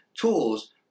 tools